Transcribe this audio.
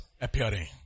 appearing